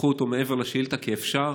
וקחו אותו מעבר לשאילתה, כי אפשר.